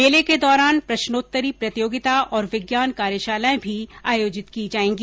मेले के दौरान प्रश्नोत्तरी प्रतियोगिता और विज्ञान कार्यशालाएं भी आयोजित की जाएगी